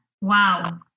Wow